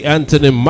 Anthony